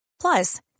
Plus